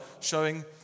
showing